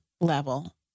level